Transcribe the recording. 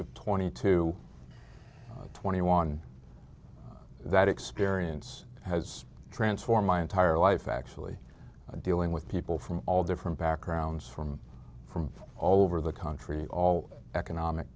of twenty two twenty one that experience has transformed my entire life actually dealing with people from all different backgrounds from from all over the country all economic